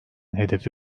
hedefi